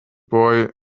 boy